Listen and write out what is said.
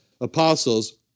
apostles